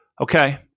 okay